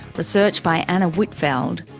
research by anna whitfeld,